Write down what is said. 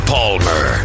Palmer